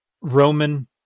Roman